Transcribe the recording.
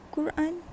Quran